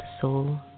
soul